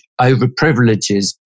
overprivileges